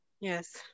Yes